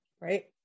right